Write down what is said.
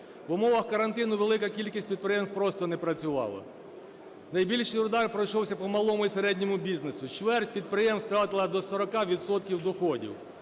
в умовах карантину велика кількість підприємств просто не працювала. Найбільший удар прийшовся по малому і середньому бізнесу, чверть підприємств втратила до 40 відсотків